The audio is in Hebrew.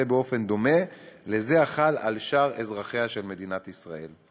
באופן דומה לזה החל על שאר אזרחיה של מדינת ישראל.